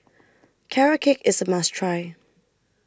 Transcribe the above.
Carrot Cake IS A must Try